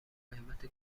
قیمت